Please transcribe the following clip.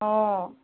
অঁ